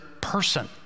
person